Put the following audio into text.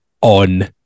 on